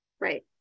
Right